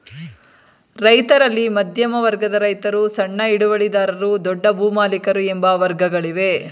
ರೈತರಲ್ಲಿ ಮಧ್ಯಮ ವರ್ಗದ ರೈತರು, ಸಣ್ಣ ಹಿಡುವಳಿದಾರರು, ದೊಡ್ಡ ಭೂಮಾಲಿಕರು ಎಂಬ ವರ್ಗಗಳಿವೆ